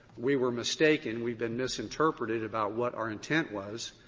we were mistaken. we've been misinterpreted about what our intent was.